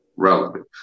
relevant